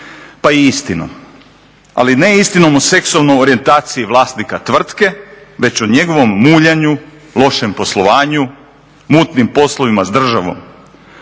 Pa istinom. Ali ne istinom o seksualnoj orijentaciji vlasnika tvrtke već o njegovom muljanju, lošem poslovanju, mutnim poslovima s državom.